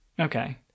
Okay